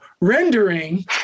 rendering –